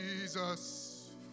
Jesus